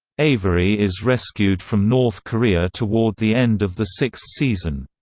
avery is rescued from north korea toward the end of the sixth season.